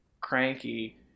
cranky